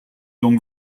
donc